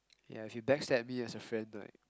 ya if you backstab me as a friend right